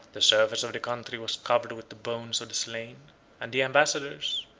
the surface of the country was covered with the bones of the slain and the ambassadors,